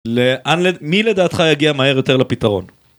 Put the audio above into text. לאן ל..מי לדעתך יגיע מהר יותר לפתרון.